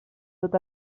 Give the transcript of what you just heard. tot